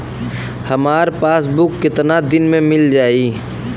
हमार पासबुक कितना दिन में मील जाई?